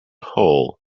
hole